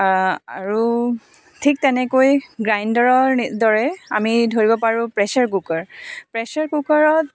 আৰু ঠিক তেনেকৈ গ্ৰাইণ্ডৰৰ দৰে আমি ধৰিব পাৰোঁ প্ৰেছাৰ কুকাৰ প্ৰেছাৰ কুকাৰত